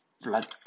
blood